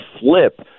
flip